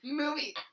movie